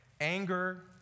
Anger